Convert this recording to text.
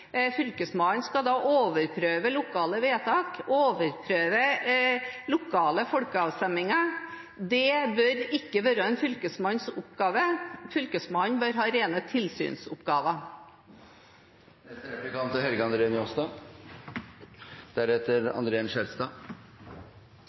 Fylkesmannen skal overprøve lokale vedtak, overprøve lokale folkeavstemninger. Det bør ikke være en fylkesmannsoppgave. Fylkesmannen bør ha rene tilsynsoppgaver.